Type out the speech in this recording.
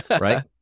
right